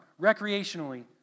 recreationally